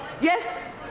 Yes